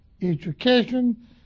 education